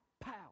pow